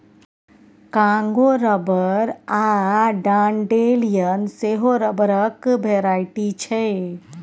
Congo rubber आ dandelion सेहो रबरक भेराइटी छै